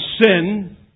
sin